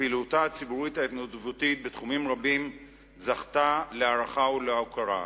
ופעילותה הציבורית ההתנדבותית בתחומים רבים זכתה להערכה ולהוקרה.